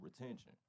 retention